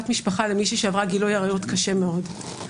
משפחה למישהי שעברה גילוי עריות קשה מאוד.